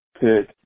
pick